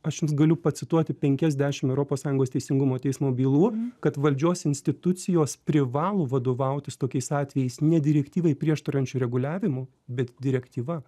aš jums galiu pacituoti penkias dešimt europos sąjungos teisingumo teismo bylų kad valdžios institucijos privalo vadovautis tokiais atvejais ne direktyvai prieštaraujančiu reguliavimu bet direktyva